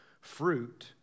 fruit